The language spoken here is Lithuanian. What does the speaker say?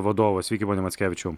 vadovas sveiki pone mackevičiau